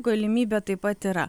galimybė taip pat yra